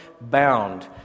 bound